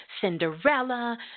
Cinderella